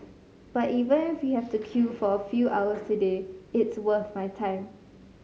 but even if we have to queue for a few hours today it's worth my time